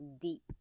deep